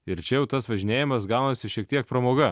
ir čia jau tas važinėjimas gaunasi šiek tiek pramoga